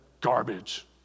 garbage